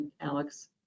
Alex